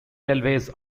railways